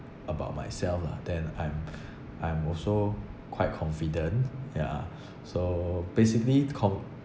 about myself lah then I'm I'm also quite confident ya so basically con~